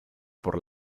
por